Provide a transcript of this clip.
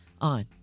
on